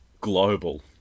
global